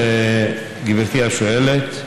גברתי השואלת,